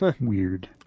Weird